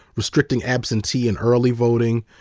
restricting absentee and early voting.